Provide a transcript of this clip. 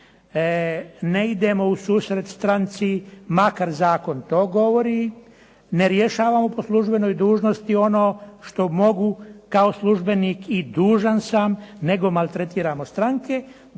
ne idemo ususret stranci makar zakon to govori, ne rješavamo po službenoj dužnosti ono što mogu kao službenik i dužan sam, nego maltretiramo stranke,